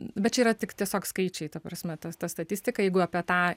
bet čia yra tik tiesiog skaičiai ta prasme tas ta statistika jeigu apie tą